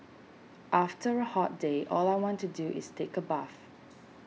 after a hot day all I want to do is take a bath